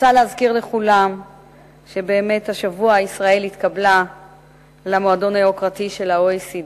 אני רוצה להזכיר לכולם שהשבוע ישראל התקבלה למועדון היוקרתי של ה-OECD,